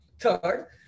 third